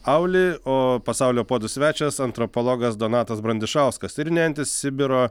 auli o pasaulio puodų svečias antropologas donatas brandišauskas tyrinėjantis sibiro